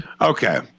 Okay